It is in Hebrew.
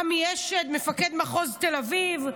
עמי אשד, מפקד מחוז תל אביב,